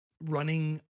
running